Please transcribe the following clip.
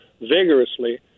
vigorously